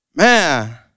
Man